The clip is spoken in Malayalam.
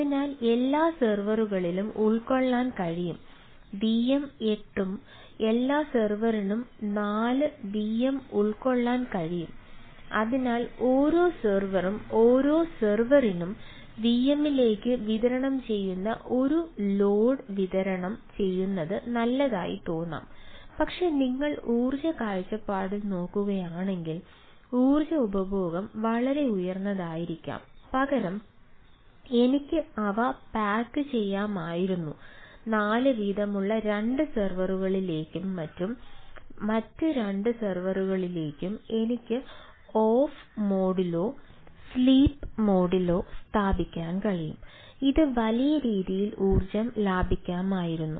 അതിനാൽ എല്ലാ സെർവറിനും ഉൾക്കൊള്ളാൻ കഴിയും വിഎം സ്ഥാപിക്കാൻ കഴിയും ഇത് വലിയ രീതിയിൽ ഊർജ്ജം ലാഭിക്കാമായിരുന്നു